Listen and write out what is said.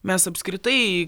mes apskritai